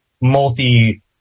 multi